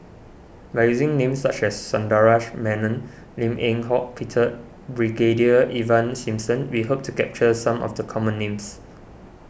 by using names such as Sundaresh Menon Lim Eng Hock Peter Brigadier Ivan Simson we hope to capture some of the common names